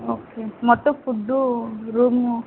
okay మొత్తం food room